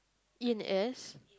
E and S